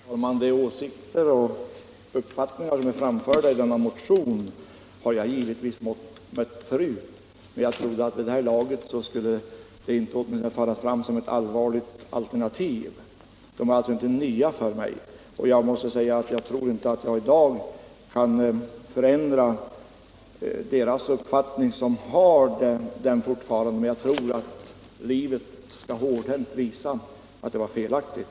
Herr talman! De åsikter och uppfattningar som framförs i motionen har jag givetvis mött förut. Men jag trodde att de vid det här laget åtminstone inte skulle framföras som ett allvarligt alternativ. De är alltså inte nya för mig. Jag tror inte att jag i dag kan förändra inställningen hos den som fortfarande hyser denna uppfattning, men jag tror att livet hårdhänt kommer att visa att den var felaktig.